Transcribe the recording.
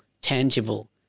tangible